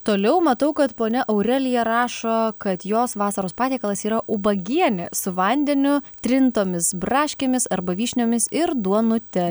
toliau matau kad ponia aurelija rašo kad jos vasaros patiekalas yra ubagienė su vandeniu trintomis braškėmis arba vyšniomis ir duonute